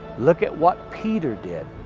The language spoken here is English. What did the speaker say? look at what peter did.